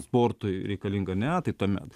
sportui reikalinga ane tai tuomet